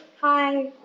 hi